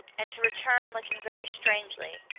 and to return looking very strangely.